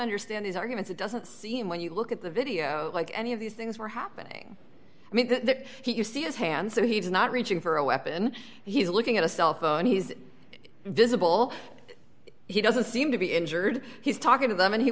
understand his arguments it doesn't seem when you look at the video like any of these things were happening i mean that he you see his hand so he's not reaching for a weapon he's looking at a cell phone he's visible he doesn't seem to be injured he's talking to them and he